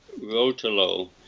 Rotolo